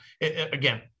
again